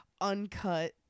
uncut